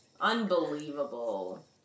Unbelievable